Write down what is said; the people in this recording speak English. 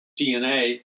DNA